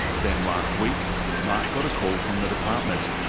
then last week mark got a call from the department.